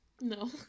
No